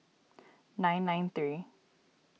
nine nine three